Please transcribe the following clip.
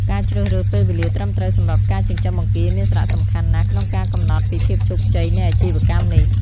ការជ្រើសរើសពេលវេលាត្រឹមត្រូវសម្រាប់ការចិញ្ចឹមបង្គាមានសារៈសំខាន់ណាស់ក្នុងការកំណត់ពីភាពជោគជ័យនៃអាជីវកម្មនេះ។